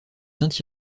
saint